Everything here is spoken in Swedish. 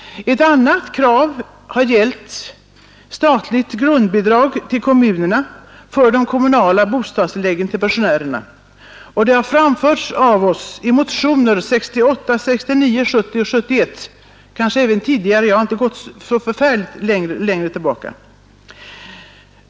Ett annat krav har gällt statligt grundbidrag till kommunerna för de kommunala bostadstilläggen till pensionärerna. Det har framförts av oss i motioner 1968, 1969, 1970 och 1971 och kanske även tidigare - jag har inte gått längre tillbaka.